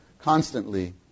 constantly